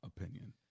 opinion